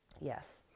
Yes